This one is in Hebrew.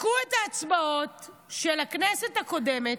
בדקו את ההצבעות של הכנסת הקודמת,